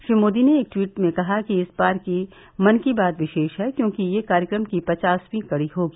श्री मोदी ने एक ट्वीट में कहा कि इस बार की मन की बात विशेष है क्योंकि यह कार्यक्रम की पचासवीं कड़ी होगी